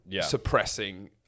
suppressing